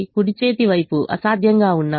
కుడి చేతి వైపు అసాధ్యంగా ఉన్నాయి